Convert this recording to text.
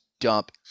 dump